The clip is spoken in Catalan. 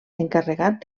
encarregat